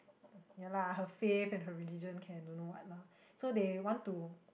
ya lah her faith and her religion can don't know what lah so they want to